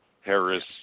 Harris